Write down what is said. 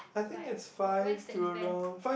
like when is the event